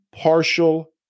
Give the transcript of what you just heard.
partial